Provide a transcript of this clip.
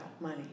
money